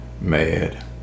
Mad